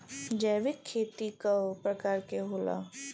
जैविक खेती कव प्रकार के होला?